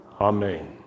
Amen